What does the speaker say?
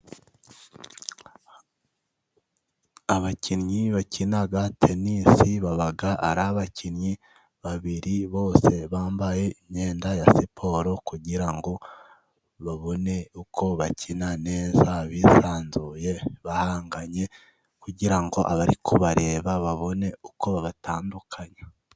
Abakinnyi bakina tenisi baba ari abakinnyi babiri bose bambaye imyenda ya siporo, kugira ngo babone uko bakina neza bisanzuye, bahanganye. Kugirango abari kubareba babone uko babatandukanya.